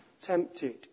tempted